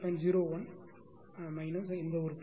01 கழித்தல் இந்த உறுப்பு